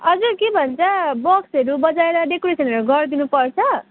हजुर के भन्छ बक्सहरू बजाएर डेकुरेसनहरू गरिदिनुपर्छ